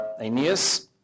Aeneas